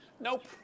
Nope